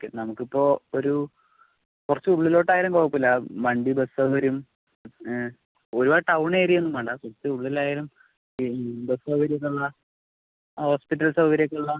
okay നമുക്ക് ഇപ്പോൾ ഒരു കുറച്ച് ഉള്ളിലോട്ട് ആയാലും കുഴപ്പം ഇല്ല വണ്ടി ബസ് സൗകര്യം ഒരുപാട് ടൗൺ ഏരിയ ഒന്നും വേണ്ട കുറച്ച് ഉള്ളിൽ ആയാലും ഈ ബസ് സൗകര്യം ഒക്കെ ഉള്ള ഹോസ്പിറ്റൽ സൗകര്യം ഒക്കെ ഉള്ള